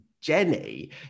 Jenny